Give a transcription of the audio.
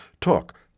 took